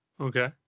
Okay